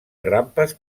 rampes